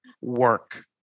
work